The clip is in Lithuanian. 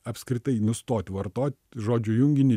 apskritai nustot vartot žodžių junginį